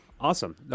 Awesome